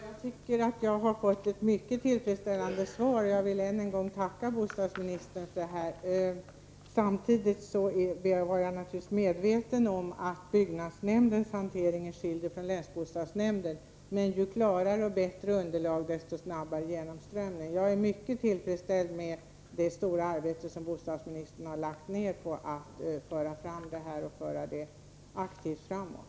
Herr talman! Jag tycker jag har fått ett mycket tillfredsställande svar. Jag vill än en gång tacka bostadsministern. Samtidigt var jag naturligtvis medveten om att byggnadsnämndens handläggning skiljer sig från länsbostadsnämndens, men ju klarare och bättre underlag desto snabbare genomströmning. Jag är mycket tillfredsställd med det stora arbete bostadsministern lagt ned på att föra detta aktivt framåt.